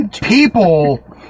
people